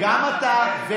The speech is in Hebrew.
למה אתה לא נותן לי להגיב?